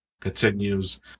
continues